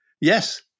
Yes